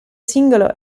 singolo